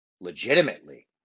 legitimately